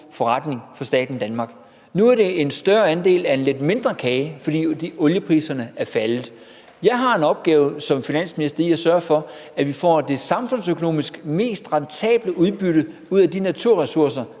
forretning for staten Danmark. Nu er det en større andel af en lidt mindre kage, fordi oliepriserne er faldet. Jeg har en opgave som finansminister i at sørge for, at vi får det samfundsøkonomisk mest rentable udbytte af de naturressourcer,